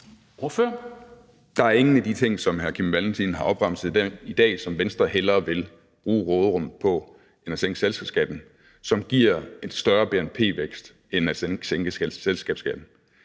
Der er ingen af de ting, som hr. Kim Valentin har opremset i dag, som Venstre hellere vil bruge råderummet på, der giver en større bnp-vækst end at sænke selskabsskatten.